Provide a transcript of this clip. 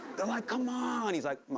they're like, come on! he's like,